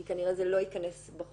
כי כנראה זה לא ייכנס בחוק,